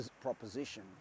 proposition